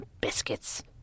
biscuits